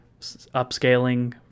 upscaling